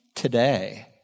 today